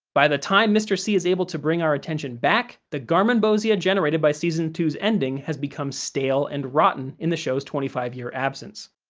by the time mr. c is able to bring our attention back, the garmonbozia generated by season two s ending has become stale and rotten in the show's twenty five-year absence.